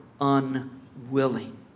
unwilling